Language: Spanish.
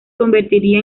convertiría